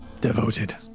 devoted